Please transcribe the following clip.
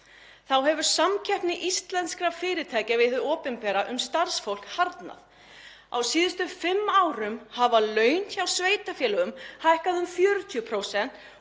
Þá hefur samkeppni íslenskra fyrirtækja við hið opinbera um starfsfólk harðnað. Á síðustu fimm árum hafa laun hjá sveitarfélögum hækkað um 40%